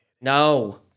No